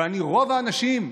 אבל רוב האנשים,